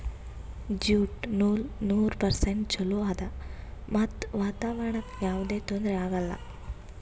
jute ನೂಲ್ ನೂರ್ percent ಚೊಲೋ ಆದ್ ಮತ್ತ್ ವಾತಾವರಣ್ಕ್ ಯಾವದೇ ತೊಂದ್ರಿ ಆಗಲ್ಲ